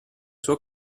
sua